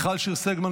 מיכאל שיר סגמן,